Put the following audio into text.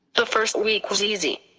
the first week was easy.